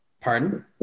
Pardon